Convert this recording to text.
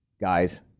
guys